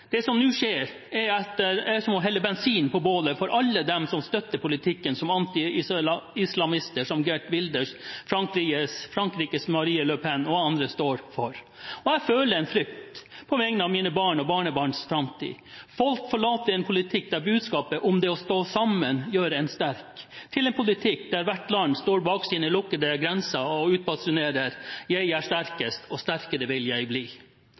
Det som nå skjer, er som å helle bensin på bålet for alle dem som støtter politikken som anti-islamister som Geert Wilders, Frankrikes Marine Le Pen og andre står for. Jeg føler frykt på vegne av mine barn og barnebarns framtid. Folk forlater en politikk der budskapet er at det å stå sammen gjør en sterk, til fordel for en politikk der hvert land står bak sine lukkede grenser og utbasunerer: Jeg er sterkest, og sterkere vil jeg bli!